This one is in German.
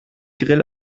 grill